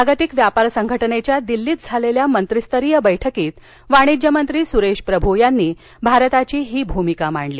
जागतिक व्यापार संघटनेच्या दिल्लीत झालेल्या मंत्रीस्तरीय बैठकीत वाणिज्यमंत्री सुरेश प्रभू यांनी भारताची ही भूमिका मांडली